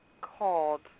called